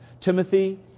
Timothy